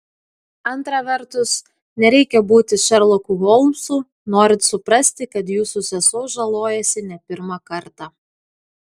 antra vertus nereikia būti šerloku holmsu norint suprasti kad jūsų sesuo žalojasi ne pirmą kartą